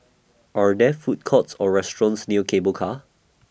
Are There Food Courts Or restaurants near Cable Car